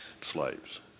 slaves